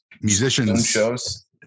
musicians